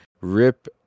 rip